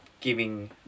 giving